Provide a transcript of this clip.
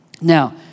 Now